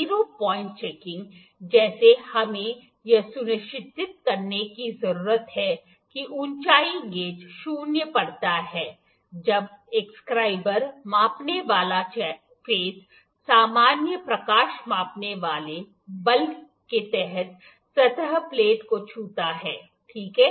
zero point checking जैसे हमें यह सुनिश्चित करने की ज़रूरत है कि ऊंचाई गेज शून्य पढ़ता है जब एक स्क्राइबर मापने वाला चेहरा सामान्य प्रकाश मापने वाले बल के तहत सतह प्लेट को छूता है ठीक है